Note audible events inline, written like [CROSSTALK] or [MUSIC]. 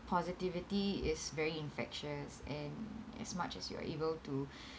positivity is very infectious and as much as you are able to [BREATH]